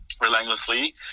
relentlessly